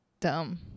dumb